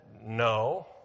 No